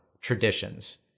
traditions